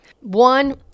One